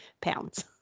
pounds